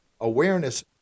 awareness